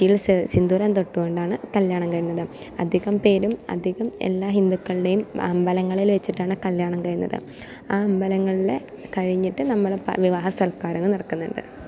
നെറ്റിയിൽ സ സിന്ദൂരം തൊട്ടു കൊണ്ടാണ് കല്യാണം കഴിഞ്ഞത് അധികം പേരും അധികം എല്ലാ ഹിന്ദുക്കളുടെയും അമ്പലങ്ങളിൽ വച്ചിട്ടാണ് കല്യാണം കഴിയുന്നത് ആ അമ്പലങ്ങളില് കഴിഞ്ഞിട്ട് നമ്മുടെ വിവാഹ സൽക്കാരങ്ങൾ നടക്കുന്നുണ്ട്